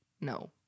no